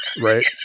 Right